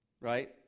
right